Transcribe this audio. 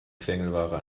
quengelware